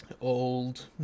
Old